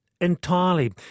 entirely